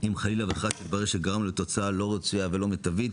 אם חלילה וחס יתברר שגרמנו לכך שגרמנו לתוצאה לא רצויה ולא מיטבית,